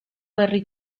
herri